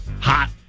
hot